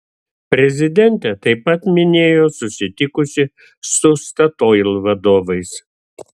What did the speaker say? prezidentė taip pat minėjo susitikusi su statoil vadovais